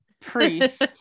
priest